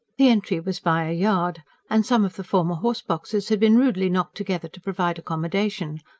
the entry was by a yard and some of the former horse-boxes had been rudely knocked together to provide accommodation.